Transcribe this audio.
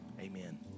Amen